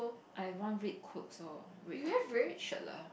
I have one one red clothes orh red red shirt lah